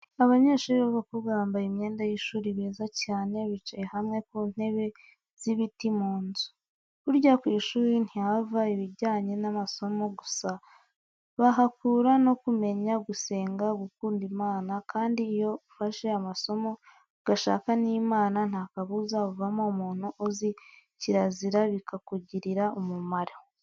Abanyeshri babakobwa bambaye imyenda yishuri beza cyane bicaye hamwe kuntebe z,ibiti munzu. burya kwishuri ntihava ibijyanye namasomo gusa bahakura nokumenya gusenga gukunda imana kandi iyo ufashe amasomo ugashaka nimana ntakabuza uvamo umuntu uzi kirazira bikakugirira umumaro.